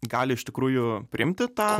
gali iš tikrųjų priimti tą